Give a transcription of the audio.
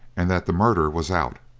and that the murder was out.